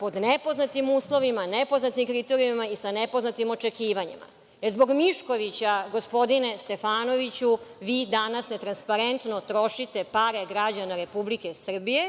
pod nepoznatim uslovima, nepoznatim kriterijumima i sa nepoznatim očekivanjima? Da li zbog Miškovića, gospodine Stefanoviću, vi danas netransparentno trošite pare građana Republike Srbije?